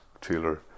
Taylor